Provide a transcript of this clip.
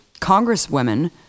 Congresswomen